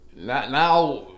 now